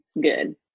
good